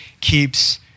keeps